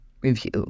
review